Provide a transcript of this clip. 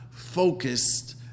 focused